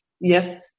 yes